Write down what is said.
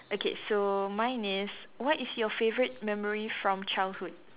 okay so mine is what is your favourite memory from childhood